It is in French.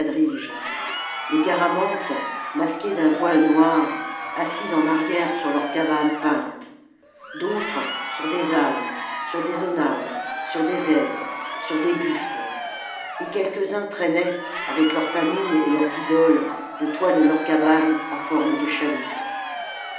les garamantes masqués d'un voile noir assis en arrière sur leurs cavales peintes d'autres sur des ânes sur des onagres sur des zèbres sur des buffles et quelques-uns traînaient avec leurs familles et leurs idoles le toit de leur cabane en forme de chaloupe